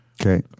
Okay